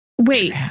wait